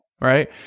right